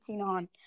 on